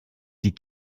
die